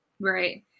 Right